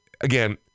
again